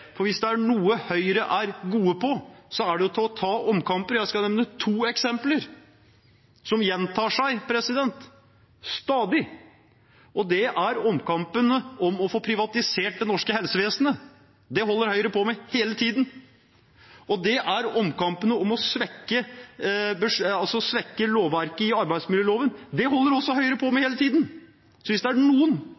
Jeg skal nevne to eksempler som gjentar seg stadig. Det er omkampen om å få privatisert det norske helsevesenet. Det holder Høyre på med hele tiden. Og det er omkampen om å svekke lovverket i arbeidsmiljøloven. Det holder Høyre også på med